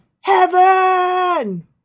heaven